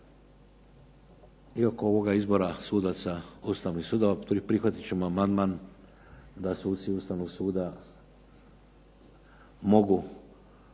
i oko ovih izbora sudaca Ustavnih sudova. Prihvatit ćemo amandman da suci Ustavnog suda mogu